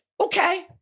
Okay